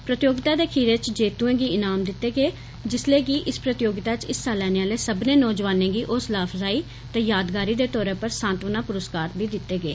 प्रतियोगिता दे खीरै च जेतुएं गी इनाम दित्ते गे जिसलै के इस प्रतियोगिता च हिस्सा लैने आले सब्बने नौजुआनें गी होसला अफजाई यादगारी दे तौरा पर सांत्वना पुरस्कार बी दितते गे